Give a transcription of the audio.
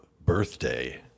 birthday